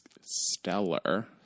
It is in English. stellar